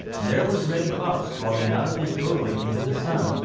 there was reddy fox crawling out of his doorway into the sun.